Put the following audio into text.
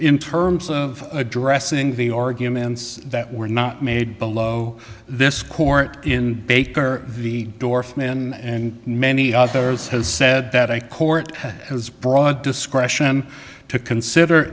in terms of addressing the arguments that were not made below this court in baker v dorfman and many others has said that a court has broad discretion to consider